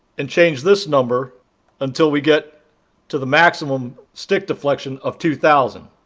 and change this number until we get to the maximum stick deflection of two thousand.